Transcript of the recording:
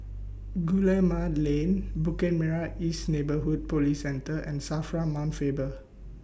Guillemard Lane Bukit Merah East Neighbourhood Police Centre and SAFRA Mount Faber